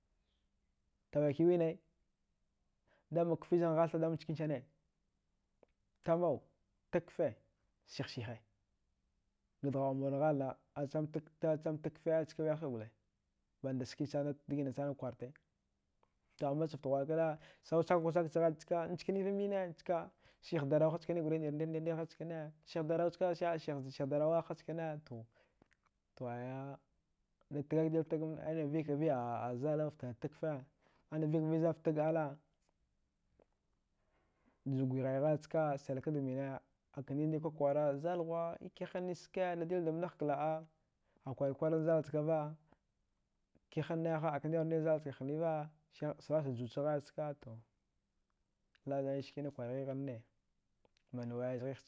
Tghakiwine dama kfi zanghatha dama chkinsani ai damau tag fkee sihsihe ga dghaughmur halna a chamatag kfee chka wiyahka dole bada skisana dghina sana kwarta amma chafta ghwa. a kana sawa chakaku chak chagha ska nchaniva mina ska sihdarawa ha nder nder nder nder ha chkane sihgarawa ska a'a sihdarawa ha chkane to. to aya anavikaviya a zal fta tag kfee ana vikaviya zal ftag alada guyi ghaygha ska aka ndiɗnda kwakwara zalghuwa ikiha nachske hava dadilda mnagh kla. a aka kwararikwarn zal chkava kihanne ha aka ndiɗaru ndiɗan zalchka hniva thaghullakcha juwachagha ska to laɗgane skine kwarghighanne zghigh.